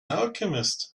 alchemist